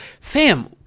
Fam